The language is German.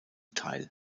teil